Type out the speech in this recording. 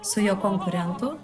su jo konkurentu